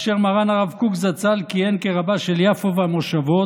כאשר מרן הרב קוק זצ"ל כיהן כרב של יפו והמושבות,